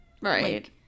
right